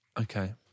Okay